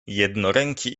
jednoręki